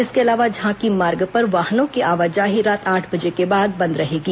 इसके अलावा झांकी मार्ग पर वाहनों की आवाजाही रात आठ बजे के बाद बंद रहेगी